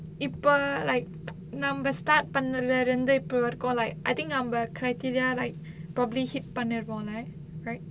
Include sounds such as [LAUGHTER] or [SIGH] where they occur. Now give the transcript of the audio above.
இப்ப:ippa like [NOISE] நம்ம:namma start பண்ணல இருந்து இப்போ வரைக்கும்:pannala irunthu ippo varaikkum like I think criteria like probably hit பண்ணி இருப்போம்:panni iruppom leh right